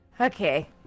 Okay